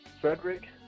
Frederick